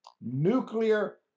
nuclear